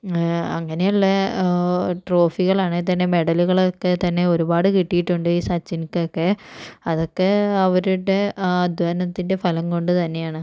അങ്ങനെയുള്ള ട്രോഫികളാണേൽ തന്നെ മെഡലുകളൊക്കെ തന്നെ ഒരുപാട് കിട്ടിയിട്ടുണ്ട് ഈ സച്ചിൻക്കക്കെ അതൊക്കെ അവരുടെ അദ്ധ്വാനത്തിൻ്റെ ഫലം കൊണ്ട് തന്നെയാണ്